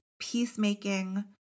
peacemaking